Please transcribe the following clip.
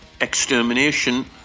Extermination